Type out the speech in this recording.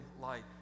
light